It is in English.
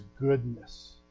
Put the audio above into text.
goodness